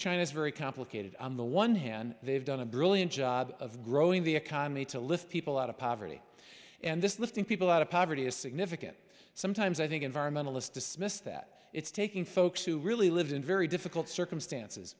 china's very complicated on the one hand they've done a brilliant job of growing the economy to lift people out of poverty and this lifting people out of poverty is significant sometimes i think environmentalists dismiss that it's taking folks who really lived in very difficult circumstances